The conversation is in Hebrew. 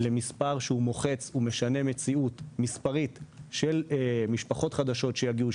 למספר שהוא מוחץ ומשנה מציאות מספרית של משפחות חדשות שיגיעו,